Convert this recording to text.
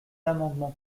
amendement